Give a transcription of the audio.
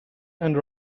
and